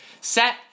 set